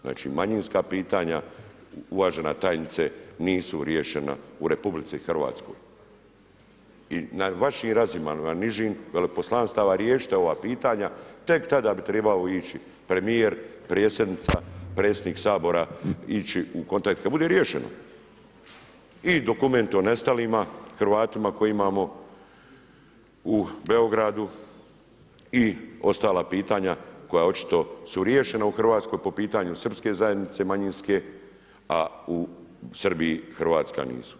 Znači manjinska pitanja, uvažena tajnice, nisu riješena u RH i na vašim razinama nižim, veleposlanstava riješite ova pitanja, tek tada bi trebao ići premijer, predsjednica, predsjednik Sabora ići u kontakt kada bude riješeno i dokumenti o nestalim Hrvatima koje imamo u Beogradu i ostala pitanja koja su očito riješena u Hrvatskoj po pitanju srpske zajednice manjinske, a u Srbiji hrvatska nisu.